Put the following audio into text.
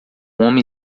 homem